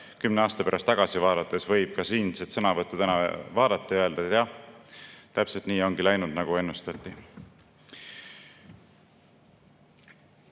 kümne aasta pärast tagasi vaadates võib ka siinset sõnavõttu vaadata ja öelda, et jah, täpselt nii ongi läinud, nagu ennustati. Ilmselge